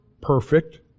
perfect